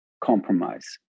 compromise